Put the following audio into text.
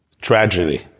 Tragedy